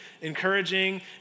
encouraging